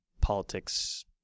politics